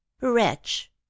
Wretch